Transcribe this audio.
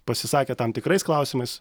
pasisakė tam tikrais klausimais